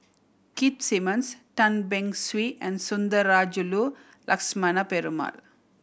Keith Simmons Tan Beng Swee and Sundarajulu Lakshmana Perumal